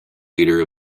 leader